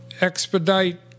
expedite